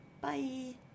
Bye